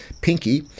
Pinky